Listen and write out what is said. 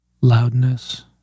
loudness